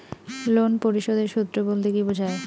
Loan পরিশোধের সূএ বলতে কি বোঝায়?